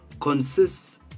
consists